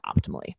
optimally